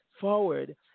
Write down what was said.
forward